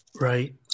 Right